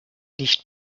nicht